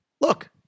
Look